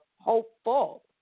hopeful